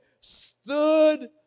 stood